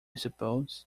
suppose